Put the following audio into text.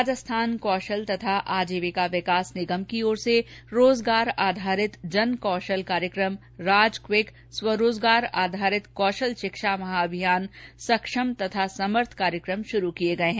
राजस्थान कौशल तथा आजीविका विकास निगम की ओर से रोजगार आधारित जन कौशल कार्यक्रम राजक्विक स्वरोजगार आधारित कौशल शिक्षा महा अभियान सक्षम तथा समर्थ कार्यक्रम शुरू किये गये है